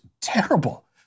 terrible